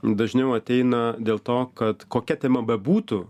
dažniau ateina dėl to kad kokia tema bebūtų